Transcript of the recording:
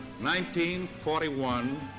1941